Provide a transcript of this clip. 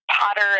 Potter